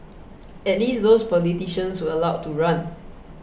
at least those politicians were allowed to run